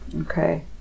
Okay